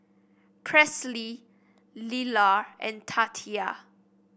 Presley Lelar and Tatia